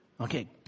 Okay